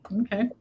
Okay